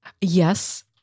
yes